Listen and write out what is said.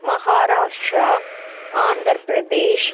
Maharashtra Andhra Pradesh